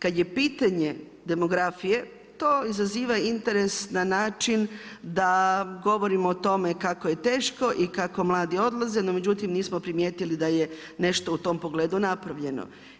Kad je pitanje demografije to izaziva interes na način da govorimo o tome kako je teško i kako mladi odlaze, no međutim nismo primijetili da je nešto u tom pogledu napravljeno.